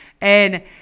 and-